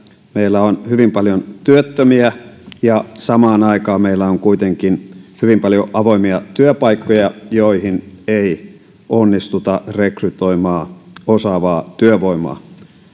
meillä on hyvin paljon työttömiä ja samaan aikaan meillä on kuitenkin hyvin paljon avoimia työpaikkoja joihin ei onnistuta rekrytoimaan osaavaa työvoimaa